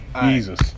Jesus